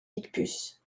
picpus